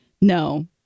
No